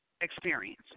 experience